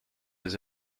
does